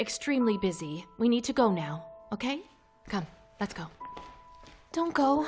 extremely busy we need to go now ok let's go don't go